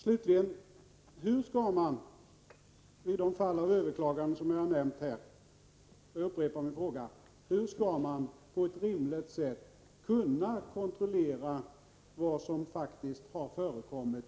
Slutligen upprepar jag min fråga: Hur skall man på ett riktigt sätt, vid de fall av överklagande som jag nämnt, med de bestämmelser som nu finns kunna kontrollera vad som faktiskt förekommit?